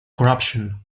corruption